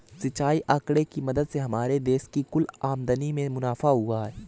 सिंचाई आंकड़े की मदद से हमारे देश की कुल आमदनी में मुनाफा हुआ है